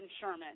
Sherman